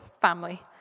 family